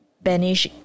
banish